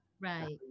Right